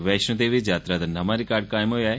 वैष्णो देवी यात्रा दा नमां रिकार्ड कायम होआ ऐ